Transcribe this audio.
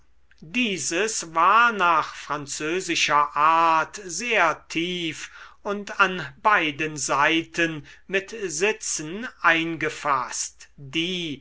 dieses war nach französischer art sehr tief und an beiden seiten mit sitzen eingefaßt die